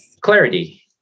Clarity